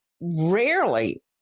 rarely